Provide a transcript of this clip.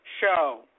show